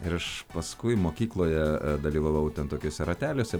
aš paskui mokykloje dalyvavau ten tokiuose rateliuose